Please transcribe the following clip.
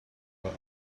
were